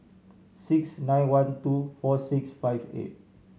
six nine one two four six five eight